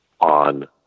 on